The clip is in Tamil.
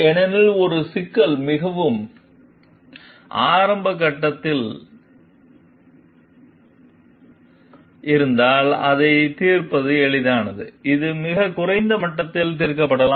ஏனெனில் ஒரு சிக்கல் மிக ஆரம்ப கட்டத்தில் இருந்தால் அதைத் தீர்ப்பது எளிதானது இது மிகக் குறைந்த மட்டத்தில் தீர்க்கப்படலாம்